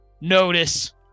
notice